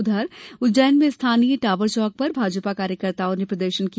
उधर उज्जैन में स्थानीय टावर चौक पर भाजपा कार्यकर्ताओं ने प्रदर्शन किया